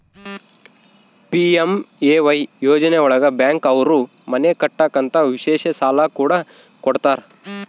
PMAY ಯೋಜನೆ ಒಳಗ bank ಅವ್ರು ಮನೆ ಕಟ್ಟಕ್ ಅಂತ ವಿಶೇಷ ಸಾಲ ಕೂಡ ಕೊಡ್ತಾರ